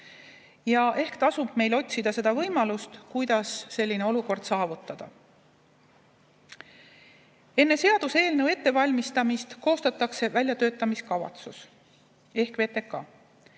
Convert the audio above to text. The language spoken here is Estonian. Ehk tasub meil otsida võimalust, kuidas selline olukord saavutada. Enne seaduseelnõu ettevalmistamist koostatakse väljatöötamiskavatsus ehk VTK.